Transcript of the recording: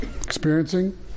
Experiencing